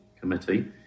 Committee